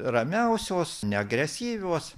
ramiausios neagresyvios